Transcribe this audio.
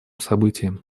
событием